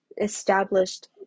established